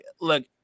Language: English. Look